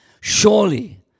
Surely